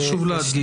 חשוב להדגיש.